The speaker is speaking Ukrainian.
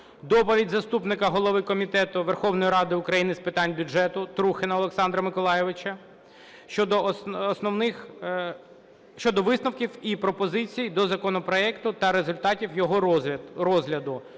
доповідь заступника голови Комітету Верховної Ради України з питань бюджету Трухіна Олександра Миколайовича щодо основних... щодо висновків і пропозицій до законопроекту та результатів його розгляду